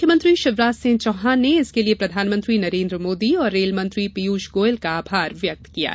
मुख्यमंत्री शिवराज सिंह चौहान ने इसके लिये प्रधानमंत्री नरेन्द्र मोदी और रेल मंत्री पियूष गोयल का आभार व्यक्त किया है